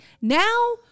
now